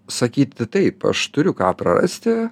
sakyti taip aš turiu ką prarasti